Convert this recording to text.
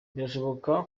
birashoboka